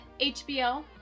HBO